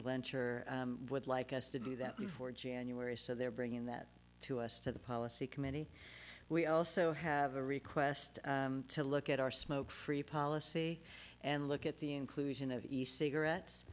sure would like us to do that before january so they're bringing that to us to the policy committee we also have a request to look at our smoke free policy and look at the inclusion of east cigarettes